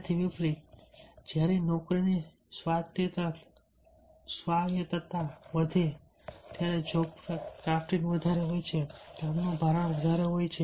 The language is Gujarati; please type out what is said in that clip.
તેનાથી વિપરિત જ્યારે નોકરીની સ્વાયત્તતા વધારે હોય જોબ ક્રાફ્ટિંગ વધારે હોય કામનું ભારણ વધારે હોય